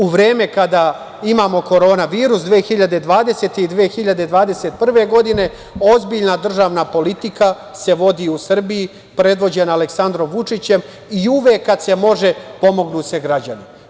U vreme kada imamo korona virus 2020. i 2021. godine, ozbiljna državna politika se vodi u Srbiji predvođena Aleksandrom Vučićem i uvek kad se može pomognu se građani.